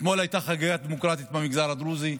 אתמול הייתה חגיגה דמוקרטית במגזר הדרוזי.